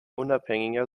unabhängiger